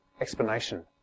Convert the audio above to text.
explanation